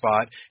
spot